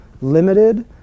limited